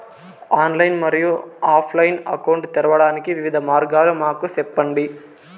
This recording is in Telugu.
ఆన్లైన్ మరియు ఆఫ్ లైను అకౌంట్ తెరవడానికి వివిధ మార్గాలు మాకు సెప్పండి?